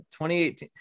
2018